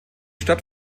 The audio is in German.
stadt